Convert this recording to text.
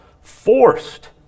forced